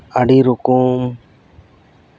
ᱟᱹᱰᱤ ᱨᱚᱠᱚᱢ